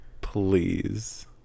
please